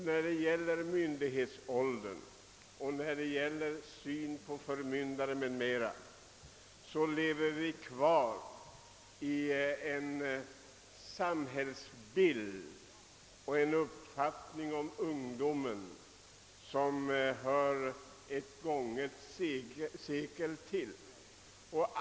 När det gäller myndighetsålder, syn på förmyndare m.m. lever vi kvar i en samhällsbild och en uppfattning om ungdomen som hör ett gånget sekel till.